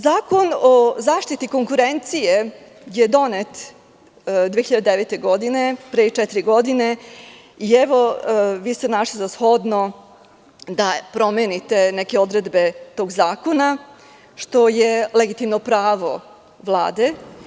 Zakon o zaštiti konkurencije je donet 2009. godine, pre četiri godine i, evo, vi ste našli za shodno da promenite neke odredbe tog zakona, što je legitimno pravo Vlade.